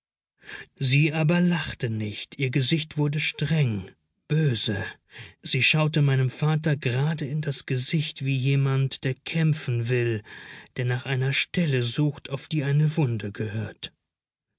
sie aber lachte nicht ihr gesicht wurde streng böse sie schaute meinem vater gerade in das gesicht wie jemand der kämpfen will der nach einer stelle sucht auf die eine wunde gehört